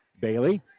Bailey